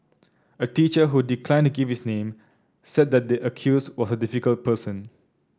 a teacher who declined to give his name said that the accused was a difficult person